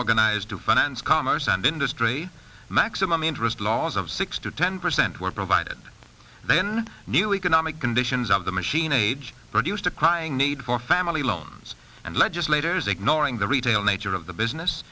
organized to finance commerce and industry maximum interest laws of six to ten percent were provided then new economic conditions of the machine age produced a crying need for family loans and legislators ignoring the retail nature of the business